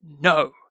no